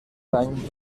any